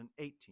2018